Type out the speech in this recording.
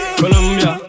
Colombia